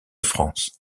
france